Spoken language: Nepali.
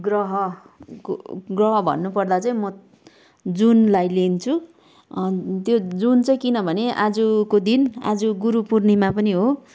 ग्रह ग्रह भन्नु पर्दा चाहिँ म जुनलाई लिन्छु त्यो जुन चाहिँ किनभने आजको दिन आज गुरु पुर्णिमा पनि हो